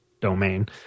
domain